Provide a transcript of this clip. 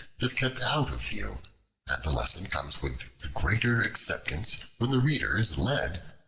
is kept out of view, and the lesson comes with the greater acceptance when the reader is led,